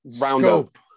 roundup